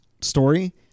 story